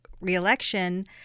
reelection